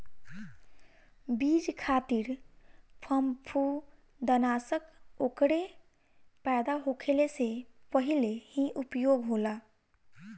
बीज खातिर फंफूदनाशक ओकरे पैदा होखले से पहिले ही उपयोग होला